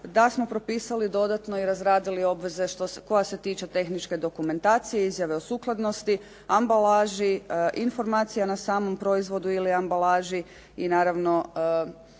da smo propisali dodatno i razradili obveze koje se tiče tehničke dokumentacije, izjave o sukladnosti, ambalaži, informacija na samom proizvodu ili ambalaži i naravno